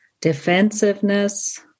defensiveness